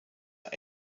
are